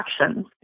actions